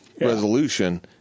resolution